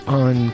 on